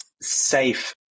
safe